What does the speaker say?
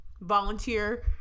volunteer